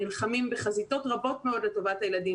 הם נלחמים בחזיתות רבות מאוד לטובת הילדים,